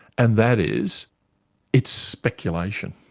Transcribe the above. and that is it's speculation.